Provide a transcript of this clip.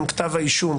עם כתב האישום,